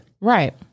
Right